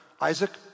Isaac